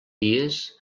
dies